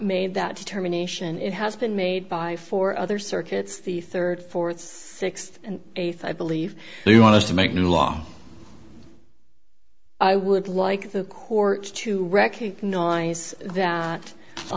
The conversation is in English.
made that determination it has been made by four other circuits the third for its sixth and eighth i believe you want us to make new law i would like the court to recognize that a